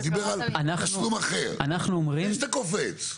הוא דיבר על תשלום אחר, לפני שאתה קופץ.